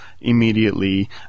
immediately